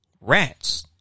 rats